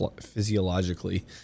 physiologically